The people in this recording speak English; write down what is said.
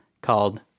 called